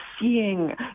seeing